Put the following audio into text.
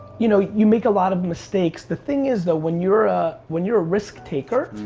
you know, you make a lot of mistakes, the thing is though, when you're ah, when you're a risk taker,